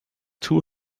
too